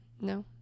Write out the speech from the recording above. no